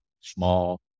small